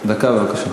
דקה, בבקשה.